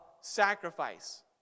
sacrifice